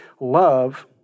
love